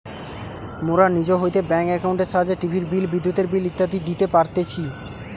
মোরা নিজ হইতে ব্যাঙ্ক একাউন্টের সাহায্যে টিভির বিল, বিদ্যুতের বিল ইত্যাদি দিতে পারতেছি